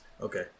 Okay